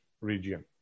region